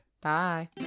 Bye